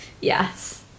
Yes